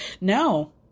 no